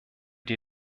die